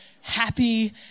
happy